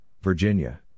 Virginia